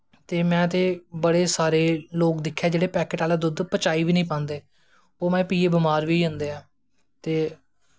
ते में ते बड़े सारे लेग दिक्खे दे ऐं जेह्ड़े पैकेट आह्ला दुद्द पचाई बी नी सकदे ऐं ओङ् पियै बमार बी होई जंदे ऐँ ते